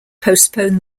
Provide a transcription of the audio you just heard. postpone